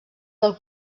del